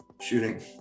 shooting